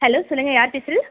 hello சொல்லுங்கள் யார் பேசுவது